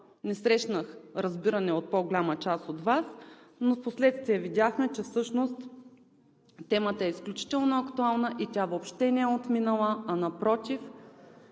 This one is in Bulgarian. не срещнах разбиране от по-голяма част от Вас, но впоследствие видяхме, че всъщност темата е изключително актуална и тя въобще не е отминала, а напротив